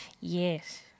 yes